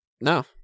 No